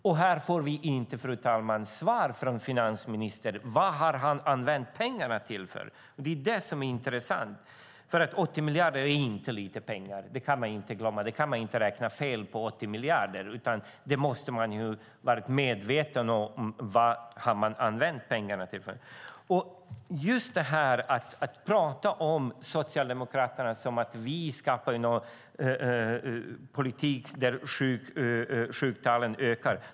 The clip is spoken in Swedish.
Och här får vi inte, fru talman, svar från finansministern om vad han har använt pengarna till. Det är det som är intressant, för 80 miljarder är inte lite pengar. Det kan man inte glömma. Man kan inte räkna fel på 80 miljarder, utan man måste vara medveten om vad man har använt pengarna till. Man pratar om Socialdemokraterna som att vi skapar någon politik där sjuktalen ökar.